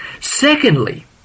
Secondly